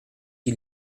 qui